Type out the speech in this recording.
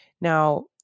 Now